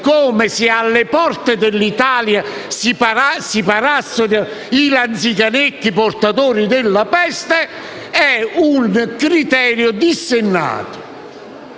come se alle porte dell'Italia si parassero i lanzichenecchi portatori della peste è un criterio dissennato,